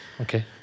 Okay